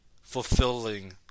fulfilling